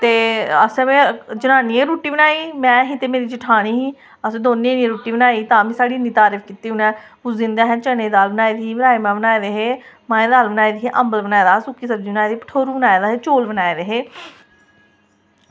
ते असें जनानियैं गै रुट्टी बनाई ही में ही ते मेरी जठानी ही असें दोनी जनियें रुट्टी बनाई ही ताम्मीं साढ़ी इन्नी तरीफ कीती उ'नें उस दिन असें चनें दी दाल बनाई दी ही राजमा बनाए दे हे माहें दी दाल बनाई दी ही अम्बल बनाए दा हा सुक्की सब्जी बनाई दी ही भठोरू बनाए दे हे चौल बनाए दे हे